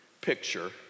picture